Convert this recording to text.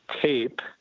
tape